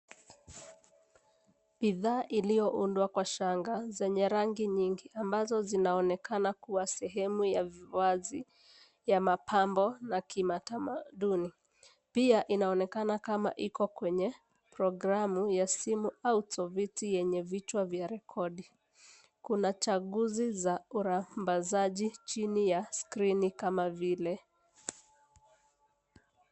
Bidhaa iliyoundwa kwa shanga zenye rangi nyingi ambazo zinaonekana kuwa sehemu ya wazi ya mapambo na kitamaduni . Pia, inaonekana kama iko kwenye programu ya simu au tovuti yenye vichwa vya rekodi. Kuna chaguzi za urambazaji chini ya skrini kama vile.